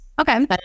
Okay